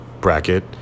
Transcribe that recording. bracket